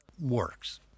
works